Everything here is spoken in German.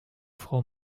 frau